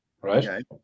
right